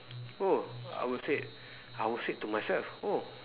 oh I would say I would say to myself oh